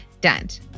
Dent